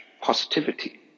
positivity